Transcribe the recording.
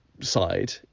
side